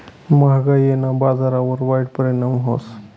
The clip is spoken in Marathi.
म्हागायीना बजारवर वाईट परिणाम व्हस